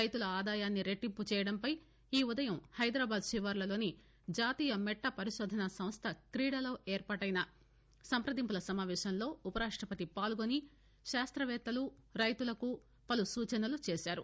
రైతుల ఆదాయాన్ని రెట్టింపు చేయడంపై ఈ ఉదయం హైదరాబాద్ శివార్లలోని జాతీయ మెట్ల పరిశోధనాసంస్థ క్రీడాలో ఏర్నాటెన సంప్రదింపుల సమావేశంలో ఉపరాష్టపతి పాల్గొని శాస్తవేత్తల రైతులకు పలు సూచనలు చేశారు